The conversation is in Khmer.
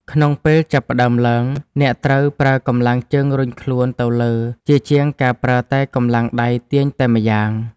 ក្នុងពេលចាប់ផ្ដើមឡើង អ្នកត្រូវប្រើកម្លាំងជើងរុញខ្លួនទៅលើជាជាងការប្រើតែកម្លាំងដៃទាញតែម្យ៉ាង។